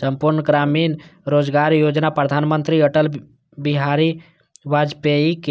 संपूर्ण ग्रामीण रोजगार योजना प्रधानमंत्री अटल बिहारी वाजपेयीक